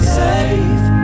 safe